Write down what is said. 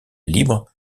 libre